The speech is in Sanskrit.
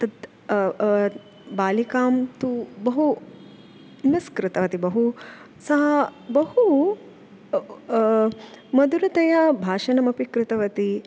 तत् बालिकां तु बहु मिस् कृतवती बहु सा बहु मधुरतया भाषणमपि कृतवती